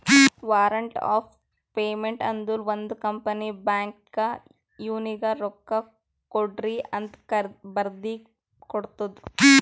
warrant of payment ಅಂದುರ್ ಒಂದ್ company ಬ್ಯಾಂಕ್ಗ್ ಇವ್ನಿಗ ರೊಕ್ಕಾಕೊಡ್ರಿಅಂತ್ ಬರ್ದಿ ಕೊಡ್ತದ್